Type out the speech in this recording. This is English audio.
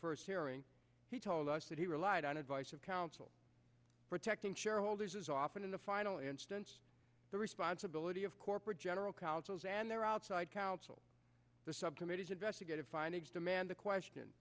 first hearing he told us that he relied on advice of counsel protecting shareholders is often in the final instance the responsibility of corporate general counsels and their outside counsel the subcommittees investigative findings to man the question